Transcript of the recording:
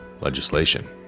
LEGISLATION